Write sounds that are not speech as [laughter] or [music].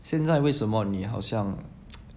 现在为什么你好像 [noise]